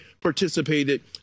participated